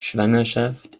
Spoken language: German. schwangerschaft